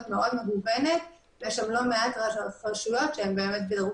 מאוד מגוונת ויש שם לא מעט רשויות שהן בדירוג